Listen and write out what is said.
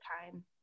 time